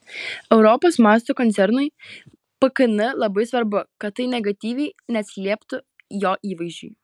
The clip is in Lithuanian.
europos mąsto koncernui pkn labai svarbu kad tai negatyviai neatsilieptų jo įvaizdžiui